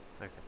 Okay